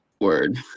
word